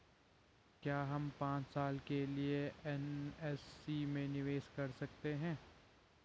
क्या हम पांच साल के लिए एन.एस.सी में निवेश कर सकते हैं?